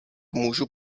můžu